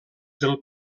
del